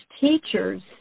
teachers